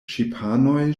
ŝipanoj